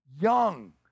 young